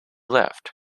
left